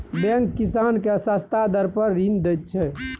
bank किसान केँ सस्ता दर पर ऋण दैत छै